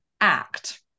act